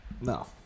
No